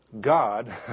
God